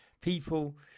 people